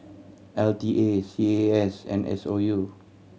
L T A C A A S and S O U